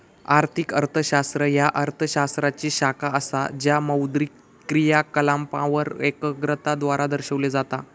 आर्थिक अर्थशास्त्र ह्या अर्थ शास्त्राची शाखा असा ज्या मौद्रिक क्रियाकलापांवर एकाग्रता द्वारा दर्शविला जाता